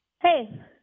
Hey